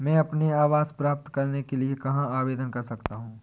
मैं अपना आवास प्राप्त करने के लिए कहाँ आवेदन कर सकता हूँ?